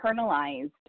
internalized